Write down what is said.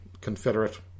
confederate